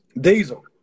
Diesel